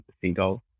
seagull